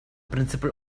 principle